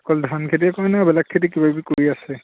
অকল ধান খেতিয়ে কৰে নে বেলেগ খেতি কিবাকিবি কৰি আছে